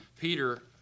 Peter